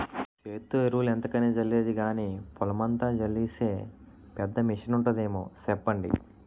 సేత్తో ఎరువులు ఎంతకని జల్లేది గానీ, పొలమంతా జల్లీసే పెద్ద మిసనుంటాదేమో సెప్పండి?